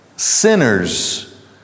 Sinners